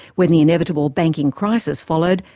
when the inevitable banking crisis followed,